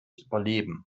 überleben